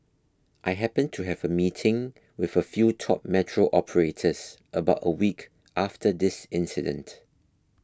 I happened to have a meeting with a few top metro operators about a week after this incident